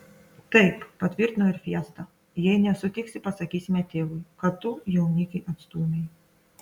taip patvirtino ir fiesta jei nesutiksi pasakysime tėvui kad tu jaunikį atstūmei